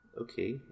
Okay